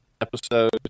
episode